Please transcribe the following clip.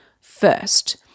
first